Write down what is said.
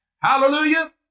Hallelujah